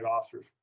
officers